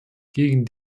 gegen